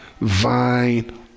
vine